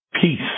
peace